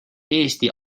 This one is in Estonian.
eesti